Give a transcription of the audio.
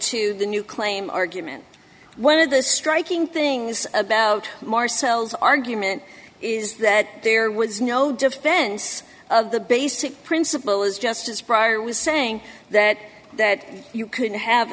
to the new claim argument one of the striking things about marcel's argument is that there was no defense of the basic principle is justice prior was saying that that you couldn't have